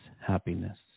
happiness